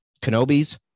kenobi's